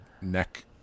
neck